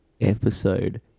episode